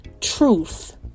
truth